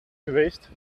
geweest